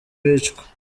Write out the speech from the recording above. bicwa